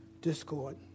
discord